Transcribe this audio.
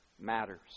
matters